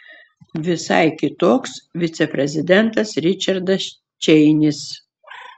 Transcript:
visai kitoks viceprezidentas ričardas čeinis